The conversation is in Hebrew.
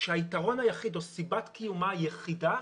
שהיתרון היחיד או סיבת קיומה היחידה